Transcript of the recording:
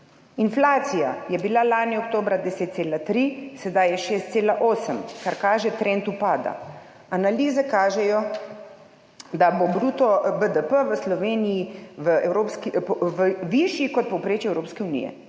Inflacija je bila lani oktobra 10,3 %, sedaj je, 6,8 %, kar kaže trend upada. Analize kažejo, da bo bruto BDP v Sloveniji višji, kot je povprečje Evropske unije,